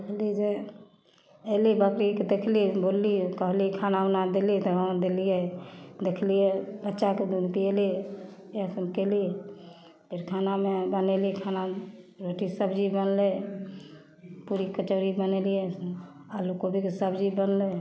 कहली जे अयली बकरीके देखली बोलली कहली खाना उना देली तऽ हँ देलियै देखलियै बच्चाके दूध पीएलियै इएह सब केलियै फेर खाना मे बनेली खाना रोटी सब्जी बनलै पूरी कचौड़ी बनेलियै आलू कोबी के सब्जी बनलै